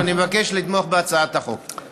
אני מבקש לתמוך בהצעת החוק.